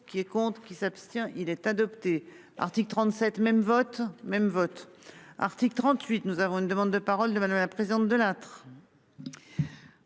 qui elle compte qui s'abstient il est adopté. Article 37 même vote même votre article 38 nous avons une demande de parole de madame la présidente Delattre.